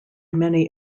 many